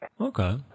Okay